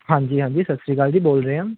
ਹਾਂਜੀ ਹਾਂਜੀ ਸਤਿ ਸ਼੍ਰੀ ਅਕਾਲ ਜੀ ਬੋਲ ਰਹੇ ਹਾਂ